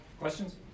Questions